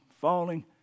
falling